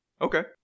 okay